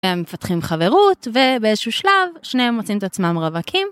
הם מפתחים חברות, ובאיזשהו שלב, שניהם מוצאים את עצמם רווקים.